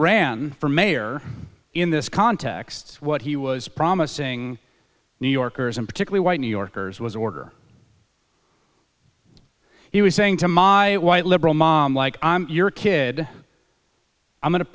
ran for mayor in this context what he was promising new yorkers in particular white new yorkers was order he was saying to my white liberal mom like i'm your kid i'm going to